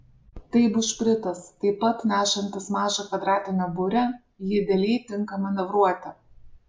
tai bušpritas taip pat nešantis mažą kvadratinę burę ji idealiai tinka manevruoti